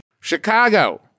Chicago